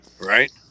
Right